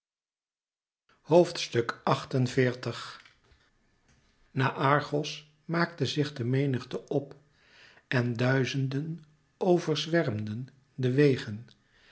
naar argos maakte zich de menigte op en duizenden overzwermden de wegen